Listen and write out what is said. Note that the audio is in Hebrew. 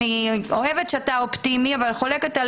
אני אוהבת שאתה אופטימי אבל חולקת על